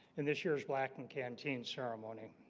in this year's black in canteen ceremony